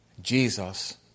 Jesus